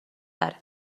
تره